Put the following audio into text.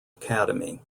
academy